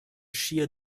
shear